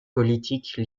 politique